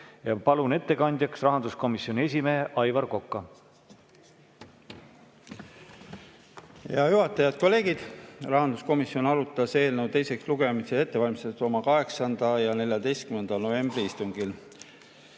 Palun ettekandjaks rahanduskomisjoni esimehe Aivar Koka. Hea juhataja! Head kolleegid! Rahanduskomisjon arutas eelnõu teiseks lugemiseks ettevalmistamist oma 8. ja 14. novembri istungil.